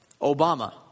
Obama